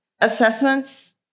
assessments